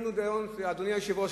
אדוני היושב-ראש,